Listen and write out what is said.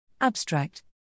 Abstract